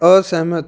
ਅਸਹਿਮਤ